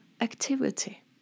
activity